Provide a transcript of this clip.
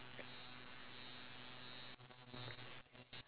uh no I can use it all on my phone